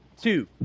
two